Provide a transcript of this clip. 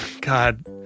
God